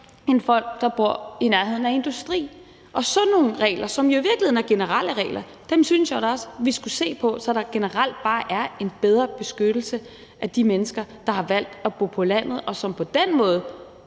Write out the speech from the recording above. for folk, der bor i nærheden af industri. Og sådan nogle regler, som jo i virkeligheden er generelle regler, synes jeg da også vi skulle se på, så der generelt bare er en bedre beskyttelse af de mennesker, der har valgt at bo på landet, og som på den måde